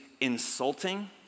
insulting